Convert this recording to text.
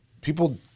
People